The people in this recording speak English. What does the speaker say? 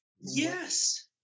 yes